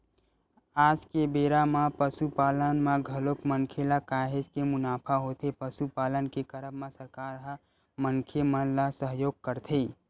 आज के बेरा म पसुपालन म घलोक मनखे ल काहेच के मुनाफा होथे पसुपालन के करब म सरकार ह मनखे मन ल सहयोग करथे